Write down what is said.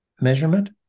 measurement